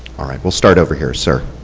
um like will start over here. so